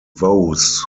vows